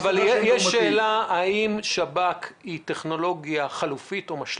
יש שאלה האם שב"כ זה טכנולוגיה חלופית או משלימה.